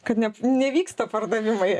kad ne nevyksta pardavimai